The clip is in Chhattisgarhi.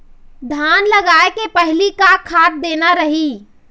धान लगाय के पहली का खाद देना रही?